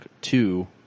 two